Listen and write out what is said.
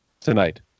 tonight